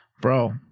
Bro